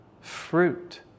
fruit